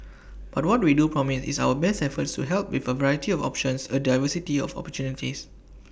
but what we do promise is our best efforts to help with A variety of options A diversity of opportunities